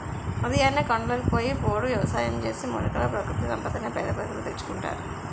ఉదయాన్నే కొండలకు పోయి పోడు వ్యవసాయం చేసి, మూలికలు, ప్రకృతి సంపదని పేద ప్రజలు తెచ్చుకుంటారు